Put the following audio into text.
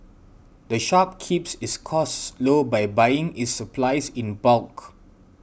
the shop keeps its costs low by buying its supplies in bulk